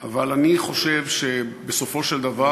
אבל אני חושב שבסופו של דבר